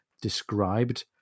described